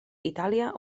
itàlia